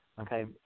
okay